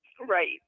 Right